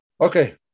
Okay